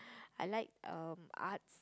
I like um Arts